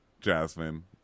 Jasmine